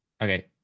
Okay